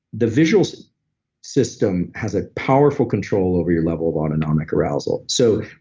the visual system has a powerful control over your level of autonomic arousal. so,